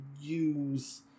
use